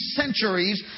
centuries